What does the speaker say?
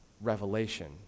revelation